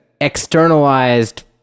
externalized